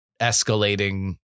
escalating